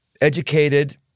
educated